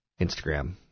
Instagram